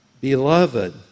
beloved